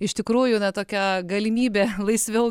iš tikrųjų na tokia galimybė laisviau